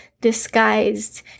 disguised